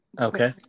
okay